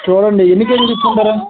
చూడండి ఎన్ని కేజీలు తీసుకుంటారు అండి